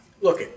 Look